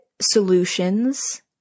solutions